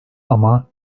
ama